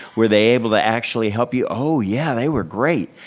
we're they able to actually help you? oh yeah, they were great.